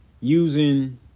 Using